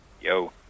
Yo